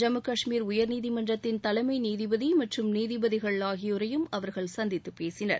ஜம்மு காஷ்மீர் உயர்நீதிமன்றத்தின் தலைமை நீதிபதி மற்றும் நீதிபதிகள் ஆகியோரையும் அவர்கள் சந்தித்து பேசினர்